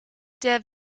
der